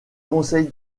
conseil